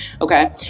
Okay